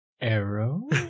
Arrow